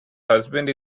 husband